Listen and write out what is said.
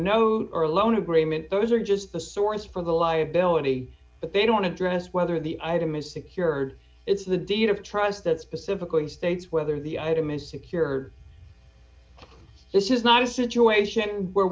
note or loan agreement those are just the source for the liability but they don't address whether the item is secured it's the deed of trust that specifically states whether the item is secure this is not a situation where